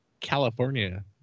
California